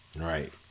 right